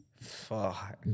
Fuck